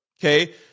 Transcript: okay